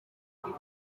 bimwe